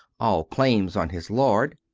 all claims on his lord,